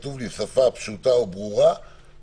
מאפשר לפתוח למשל אולמות אירועים או אירועי תרבות.